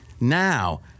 Now